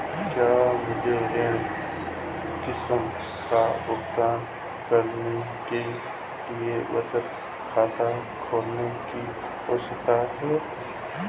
क्या मुझे ऋण किश्त का भुगतान करने के लिए बचत खाता खोलने की आवश्यकता है?